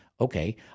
Okay